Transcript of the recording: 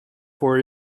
voor